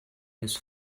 his